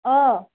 অঁ